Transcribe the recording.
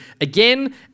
again